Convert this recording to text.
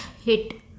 hit